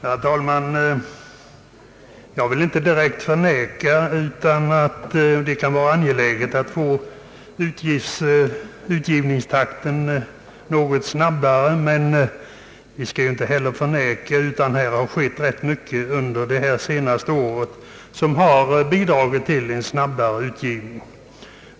Herr talman! Jag vill inte direkt förneka att det kan vara angeläget att utgivningstakten blir något snabbare, men vi skall också komma ihåg att det har vidtagits åtgärder under det senaste året som har bidragit till en snabbare utgivning.